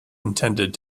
intended